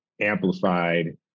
amplified